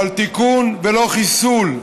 אבל תיקון ולא חיסול,